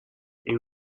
این